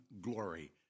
glory